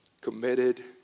committed